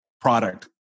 product